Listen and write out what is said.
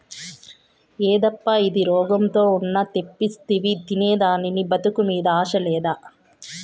యేదప్పా ఇది, రోగంతో ఉన్న తెప్పిస్తివి తినేదానికి బతుకు మీద ఆశ లేదా